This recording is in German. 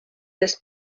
des